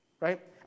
right